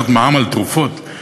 לקחת מע"מ על תרופות,